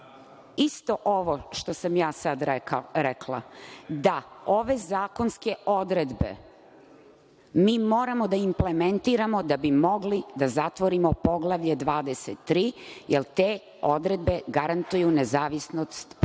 isto ovo što sam ja sad rekla, da ove zakonske odredbe mi moramo da implementiramo da bi mogli da zatvorimo Poglavlje 23, jer te odredbe garantuju nezavisnost pravosuđa.